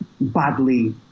badly